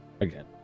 Again